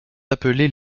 appelés